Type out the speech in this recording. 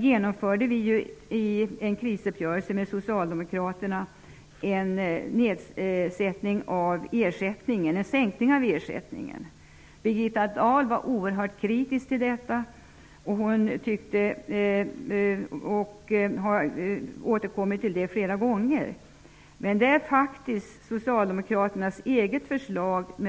Genom en krisuppgörelse med Socialdemokraterna genomförde vi en sänkning av ersättningen. Birgitta Dahl är nu oerhört kritisk till detta och har återkommit till det flera gånger. Men det var faktiskt Socialdemokraternas eget förslag som